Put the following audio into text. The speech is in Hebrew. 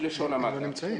בלשון המעטה.